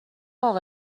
اقا